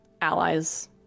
allies